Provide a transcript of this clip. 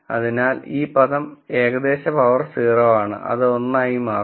അതിനാൽ ഈ പദം ഏകദേശംപവർ 0 ആണ് അത് 1 ആയിമാറും